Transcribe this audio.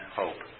hope